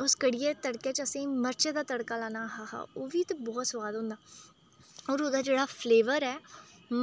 उस कढ़ियै दे तड़के च असें ई मिर्च दा तड़का लाना अ हा हा हा ओह् बी ते बहोत सोआद होंदा होर ओह्दा जेह्ड़ा फ्लेवर ऐ